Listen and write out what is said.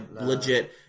legit